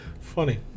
Funny